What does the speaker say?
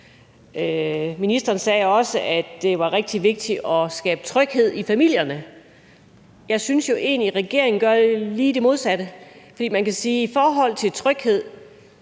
Ministeren sagde også, at det var rigtig vigtigt at skabe tryghed i familierne. Jeg synes jo egentlig, at regeringen gør lige det modsatte. For man kan sige, at i forhold til tryghed